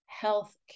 health